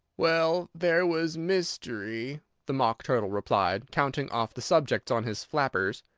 well, there was mystery, the mock turtle replied, counting off the subjects on his flappers,